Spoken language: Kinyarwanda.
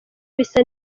bisa